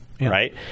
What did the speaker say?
right